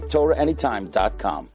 TorahAnytime.com